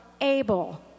able